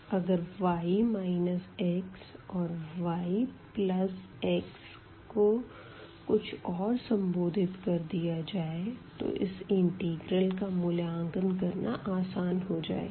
अगर y x और yx को कुछ और संबोधित कर दिया जाए तो इस इंटिग्रल का मूल्यांकन करना आसान हो जाएगा